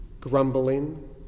grumbling